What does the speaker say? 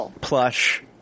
plush